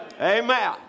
Amen